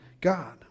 God